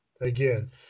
again